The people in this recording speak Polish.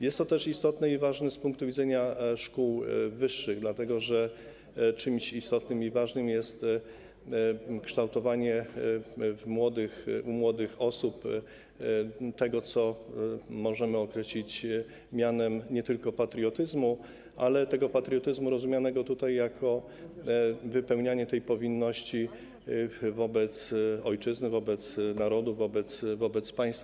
Jest to też istotne i ważne z punktu widzenia szkół wyższych, dlatego że czymś istotnym i ważnym jest kształtowanie u młodych osób tego, co możemy określić mianem nie tylko patriotyzmu, ale także patriotyzmu rozumianego jako wypełnianie powinności wobec ojczyzny, wobec narodu, wobec państwa.